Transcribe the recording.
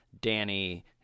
Danny